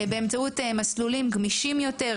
באמצעות מסלולים גמישים יותר,